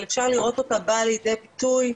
אבל אפשר לראות אותה באה לידי ביטוי.